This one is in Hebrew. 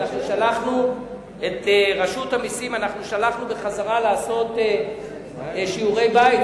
ושלחנו את רשות המסים בחזרה לעשות שיעורי-בית.